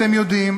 אתה יודע,